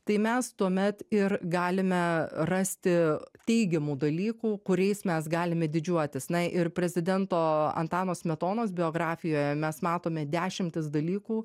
tai mes tuomet ir galime rasti teigiamų dalykų kuriais mes galime didžiuotis na ir prezidento antano smetonos biografijoje mes matome dešimtis dalykų